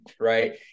right